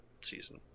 season